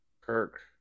Kirk